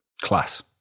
Class